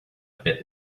bit